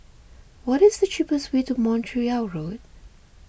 what is the cheapest way to Montreal Road